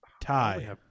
tie